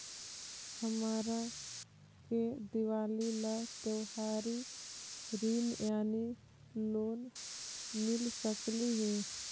हमरा के दिवाली ला त्योहारी ऋण यानी लोन मिल सकली हे?